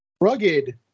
Rugged